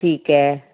ਠੀਕ ਹੈ